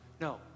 No